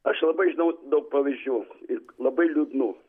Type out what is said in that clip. aš labai žinau daug pavyzdžių ir labai liūdnų